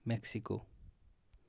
Mexico